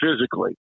physically